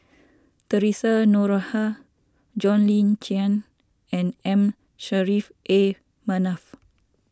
theresa Noronha John Le Cain and M Saffri A Manaf